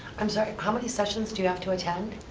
i'm sorry, how many sessions do you have to attend?